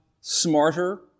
smarter